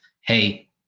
Hey